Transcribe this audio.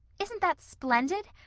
isn't that splendid?